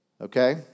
Okay